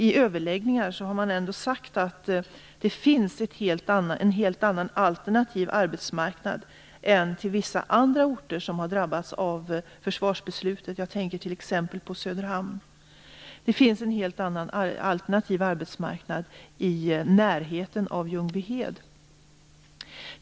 I överläggningar har man också sagt att det finns en helt annan alternativ arbetsmarknad, till skillnad från hur det är på vissa andra orter som har drabbats av försvarsbeslutet - jag tänker t.ex. på Söderhamn. Det finns en helt annan alternativ arbetsmarknad i närheten av Ljungbyhed.